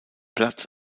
platz